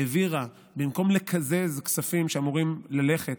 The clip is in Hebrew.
העבירה, במקום לקזז כספים שאמורים ללכת,